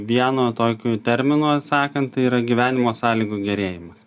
vienu tokiu terminu atsakant tai yra gyvenimo sąlygų gerėjimas